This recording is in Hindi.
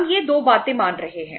हम ये 2 बातें मान रहे हैं